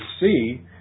see